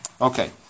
Okay